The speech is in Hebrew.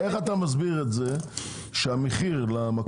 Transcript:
איך אתה מסביר את זה שהמחיר למכולות